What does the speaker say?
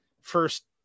first